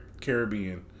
Caribbean